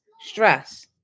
Stress